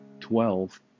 Twelve